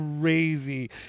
crazy